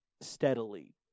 steadily